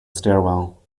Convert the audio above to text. stairwell